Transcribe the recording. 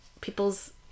people's